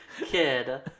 kid